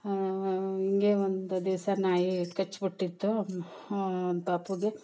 ಹೀಗೆ ಒಂದು ದಿವಸ ನಾಯಿ ಕಚ್ಚಿ ಬಿಟ್ಟಿತ್ತು ಪಾಪುಗೆ